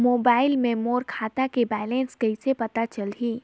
Mobile मे मोर खाता के बैलेंस कइसे पता चलही?